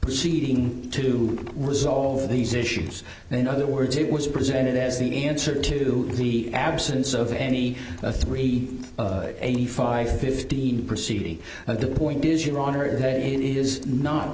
proceeding to resolve these issues and in other words it was presented as the answer to the absence of any a three eighty five fifteen proceeding of the point is your honor if it is not